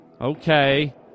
Okay